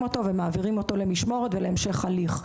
אותו ומעבירים אותו למשמורת ולהמשך הליך.